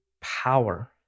power